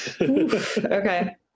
Okay